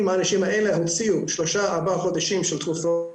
אם האנשים האלה הוציאו 3-4 חודשים של תרופות,